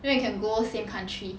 then we can go same country